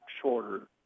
shorter